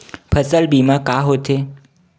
फसल बीमा का होथे?